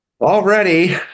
Already